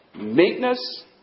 meekness